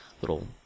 little